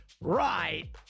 Right